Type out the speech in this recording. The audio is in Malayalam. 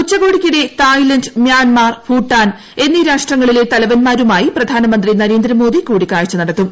ഉച്ചകോടിക്കിടെ തായ്ലന്റ് മ്യാൻമാർ ഭൂട്ടാൻ എന്നീ രാഷ്ട്രങ്ങളിലെ തലവൻമാരുമായി പ്രധാനമന്ത്രി നരേന്ദ്രമോദി കൂടിക്കാഴ്ച നടത്തും